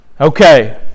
Okay